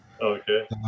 Okay